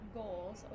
goals